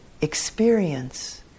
experience